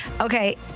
Okay